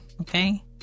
okay